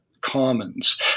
commons